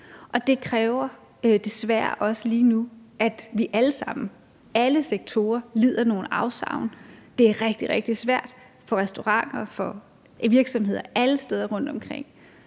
det kræver desværre også lige nu, at vi alle sammen, alle sektorer, lider nogle afsavn. Det er rigtig, rigtig svært for restauranter og for virksomheder alle steder rundtomkring,